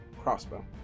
crossbow